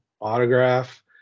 autograph